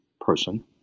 person